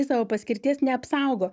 savo paskirties neapsaugo